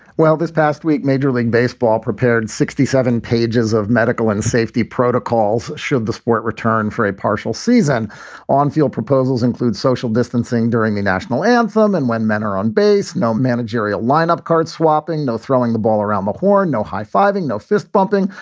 well, this past week, major league baseball prepared sixty seven pages of medical and safety protocols should the sport return for a partial season on field proposals include social distancing during the national anthem and when men are on base. no managerial lineup, card swapping, no throwing the ball around the horn, no high five ing, no fist pumping,